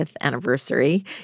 anniversary